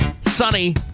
Sunny